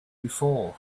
before